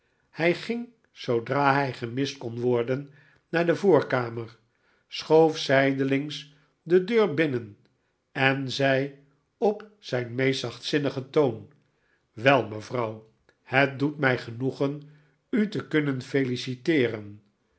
hij ging zoodra hij gemist kon worden naar de voorkamer schoof zijdelings de deur binnen en zei op zijn meest zachtzinnigen toon wel mevrouw het doet mij genoegen ii te kunnen feliciteeren